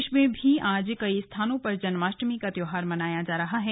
प्रदेश में भी आज कई स्थानों पर जन्माष्टमी का त्योहार मना रहे हैं